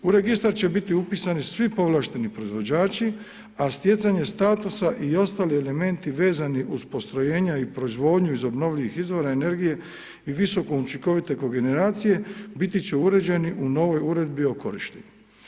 U registar će biti upisani svi povlašteni proizvođači a stjecanje statusa i ostali elementi vezani uz postrojenja i proizvodnju obnovljivih izvora energije o visoko učinkovite kogeneracije, biti će uređeni u novoj uredbi o korištenju.